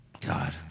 God